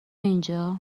اینجا